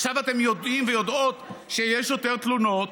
עכשיו אתם יודעים ויודעות שיש יותר תלונות,